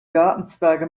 gartenzwerge